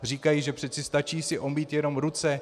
Říkají, že přece stačí si omýt jenom ruce.